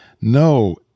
no